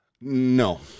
No